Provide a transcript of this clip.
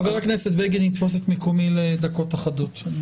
חבר הכנסת בגין יתפוס את מקומי לדקות אחדות.